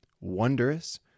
wondrous